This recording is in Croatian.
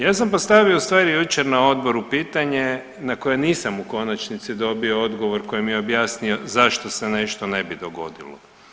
Ja sam postavio ustvari jučer na odboru pitanje na koje nisam u konačnici dobio odgovor koji bi objasnio zašto se ne bi nešto dogodilo.